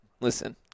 Listen